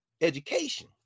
education